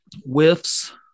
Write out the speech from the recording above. whiffs